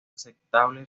aceptable